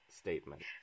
statement